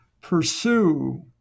pursue